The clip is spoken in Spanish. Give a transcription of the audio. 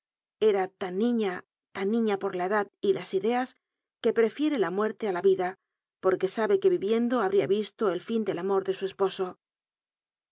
era tan niña tan niña por la edad y las ideas que preiere la muerte ú la riela porque sabe que yirienclo habría risto el fín del amor de su esposo